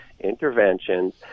interventions